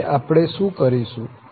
હવે આપણે શું કરીશું